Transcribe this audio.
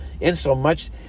insomuch